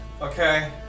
Okay